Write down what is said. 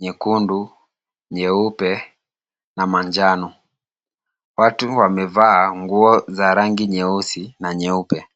nyekundu, nyeupe na manjano. Watu wamevaa nguo za rangi nyeusi na nyeupe.